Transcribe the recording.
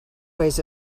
ways